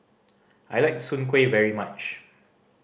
I like Soon Kuih very much